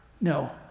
no